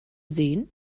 sehen